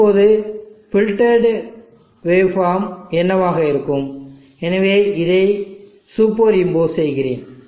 இப்போது filtered waveform என்னவாக இருக்கும் எனவே இதை சூப்பர் இம்போஸ் செய்கிறேன்